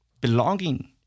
belonging